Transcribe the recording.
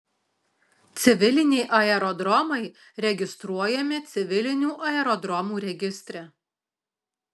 civiliniai aerodromai registruojami civilinių aerodromų registre